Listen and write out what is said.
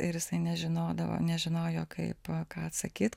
ir jisai nežinodavo nežinojo kaip ką atsakyt